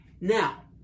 Now